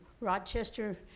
Rochester